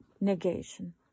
negation